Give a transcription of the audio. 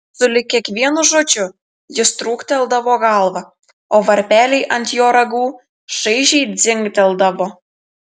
sulig kiekvienu žodžiu jis trūkteldavo galvą o varpeliai ant jo ragų šaižiai dzingteldavo